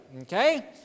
Okay